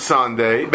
Sunday